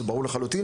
זה ברור לחלוטין.